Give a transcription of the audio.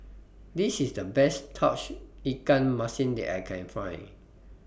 This IS The Best Tauge Ikan Masin that I Can Find